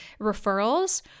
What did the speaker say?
referrals